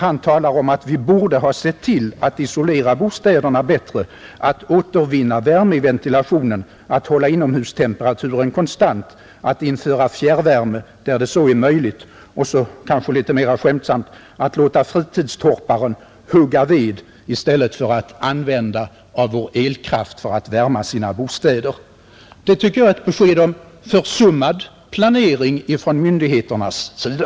Han talade om att vi borde ha sett till att isolera bostäderna bättre, att återvinna värme i ventilationen, att hålla inomhustemperaturen konstant, att införa fjärrvärme där så är möjligt och — kanske litet mera skämtsamt — att låta fritidstorparna hugga ved i stället för att använda elkraft för att värma sina bostäder. Det tycker jag är ett besked om försummad planering från myndigheternas sida.